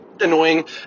annoying